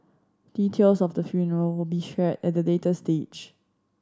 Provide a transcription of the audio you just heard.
details of the funeral will be shared at a later stage